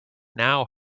now